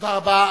תודה רבה.